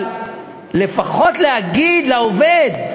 אבל לפחות להגיד לעובד,